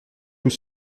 tout